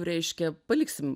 reiškia paliksim